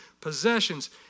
possessions